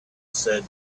said